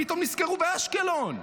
פתאום נזכרו באשקלון.